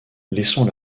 laissons